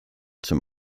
zum